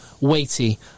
weighty